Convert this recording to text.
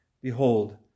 Behold